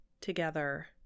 together